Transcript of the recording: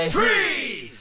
Freeze